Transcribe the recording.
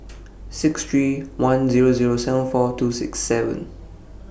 six three one Zero Zero seven four two six seven